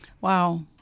Wow